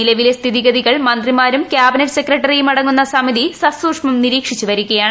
നിലവിലെ സ്ഥിതിഗതികൾ മന്ത്രിമാരും കൃാബിനറ്റ് സെക്രട്ടറിയും അടങ്ങുന്ന സമിതി സസൂക്ഷ്മം നിരീക്ഷിച്ചു വരികയാണ്